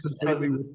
completely